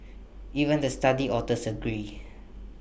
even the study authors agreed